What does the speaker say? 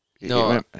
No